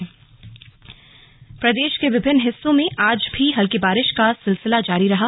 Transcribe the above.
मौसम प्रदेश के विभिन्न हिस्सों में आज भी हल्की बारिश का सिलसिला जारी रहा